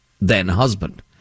then-husband